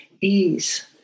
ease